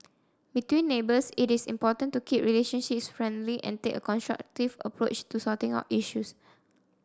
between neighbours it is important to keep relationships friendly and take a constructive approach to sorting out issues